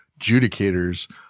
judicators